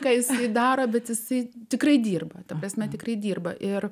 ką jisai daro bet jisai tikrai dirba ta prasme tikrai dirba ir